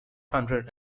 hundred